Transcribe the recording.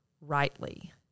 rightly